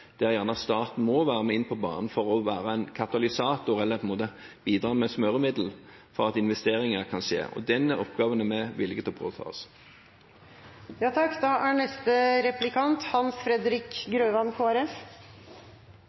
der gjerne staten må være med inn på banen for å være en katalysator eller på en måte bidra med smøremiddel for at investeringer kan skje? Den oppgaven er vi villig til å påta oss. Jeg vil først gi honnør til statsråden for hans